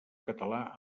català